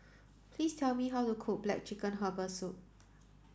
please tell me how to cook black chicken herbal soup